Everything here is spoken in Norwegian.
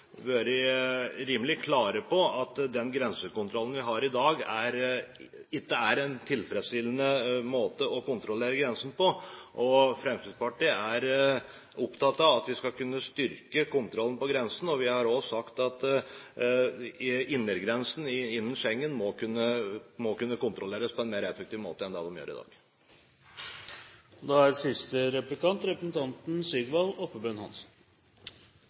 vært rimelig klare på at den grensekontrollen vi har i dag, ikke er en tilfredsstillende måte å kontrollere grensen på. Fremskrittspartiet er opptatt av at vi skal kunne styrke kontrollen på grensen. Vi har også sagt at Schengens indre grenser må kunne kontrolleres på en mer effektiv måte enn det man gjør i dag. Eg er einig med representanten